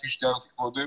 כפי שתיארתי קודם.